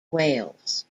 whales